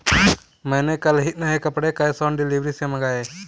मैंने कल ही नए कपड़े कैश ऑन डिलीवरी से मंगाए